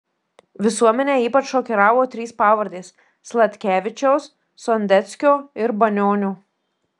visuomenę ypač šokiravo trys pavardės sladkevičiaus sondeckio ir banionio